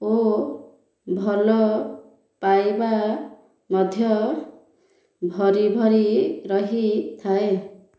ଓ ଭଲ ପାଇବା ମଧ୍ୟ ଭରି ଭରି ରହିଥାଏ